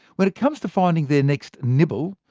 when it comes to finding their next nibble,